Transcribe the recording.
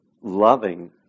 loving